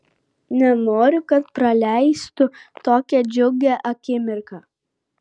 nenoriu kad praleistų tokią džiugią akimirką